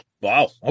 Wow